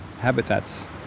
habitats